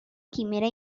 quimera